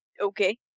Okay